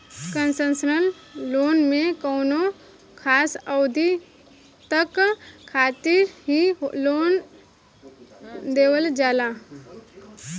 concessional loan में कौनो खास अवधि तक खातिर ही लोन देवल जाला